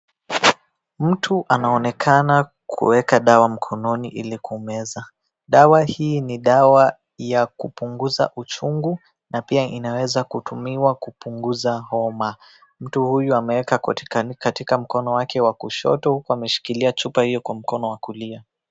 Mtu anaonekana kueka dawa mkononi ili kumeza. Dawa hii ni dawa ya kupunguza uchungu na pia inaweza kutumiwa kupunguza homa. Mtu huyu ameeka katika mkono wake wa kushoto huku ameshikilia chupa hiyo kwa mkono wa kulia.